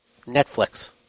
Netflix